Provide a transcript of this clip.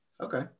Okay